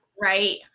Right